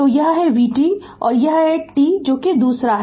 तो यह vt का है यह t दूसरा है